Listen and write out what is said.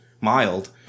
mild